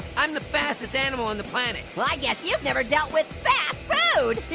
i'm the fastest animal on the planet. i guess you've never dealt with fast food.